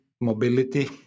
mobility